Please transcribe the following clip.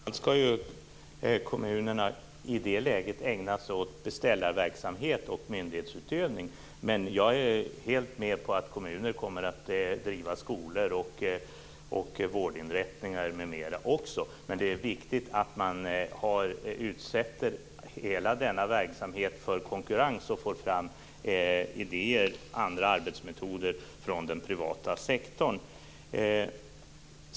Herr talman! Framför allt skall kommunerna i det läget ägna sig åt beställarverksamhet och myndighetsutövning, men jag är helt med på att kommuner också kommer att driva skolor och vårdinrättningar m.m. Det är dock viktigt att man utsätter hela denna verksamhet för konkurrens och får fram idéer och andra arbetsmetoder från den privata sektorn.